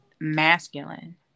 masculine